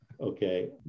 okay